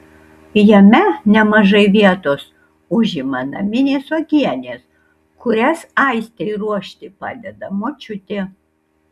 jame nemažai vietos užima naminės uogienės kurias aistei ruošti padeda močiutė